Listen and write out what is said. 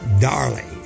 darling